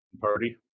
party